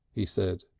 he said.